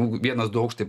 vienas du aukštai